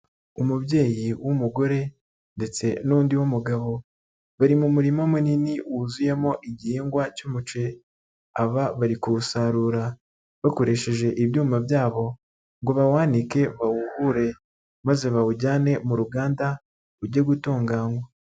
Umubyeyi w'umugore ndetse n'undi w'umugabo bari mu murima munini wuzuyemo igihingwa cy'umuceri, aba bari kuwusarura bakoresheje ibyuma byabo ngo bawanike, bawuhure maze bawujyane mu ruganda uge gutunganywa.